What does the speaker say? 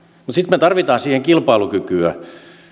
mutta sitten me tarvitsemme siihen kilpailukykyä